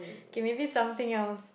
okay maybe something else